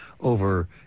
over